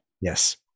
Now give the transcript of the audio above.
Yes